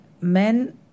Men